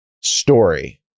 story